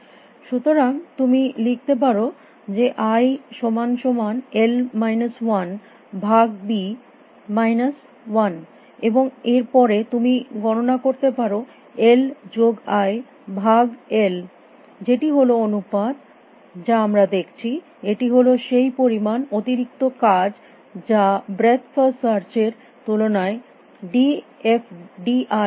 সুতরাং তুমি লিখতে পারো যে আই সমান সমান এল মাইনাস ওয়ান ভাগ বি মাইনাস 1 এবং এর পরে তুমি গণনা করতে পারো এল যোগ আই ভাগ এল যেটি হল সেই অনুপাত যা আমরা দেখছি এটি হল সেই পরিমাণ অতিরিক্ত কাজ যা ব্রেথ ফার্স্ট সার্চ এর এর তুলনায় ডি এফ ডি আই করছে